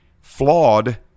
Flawed